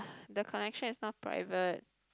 the connection is not private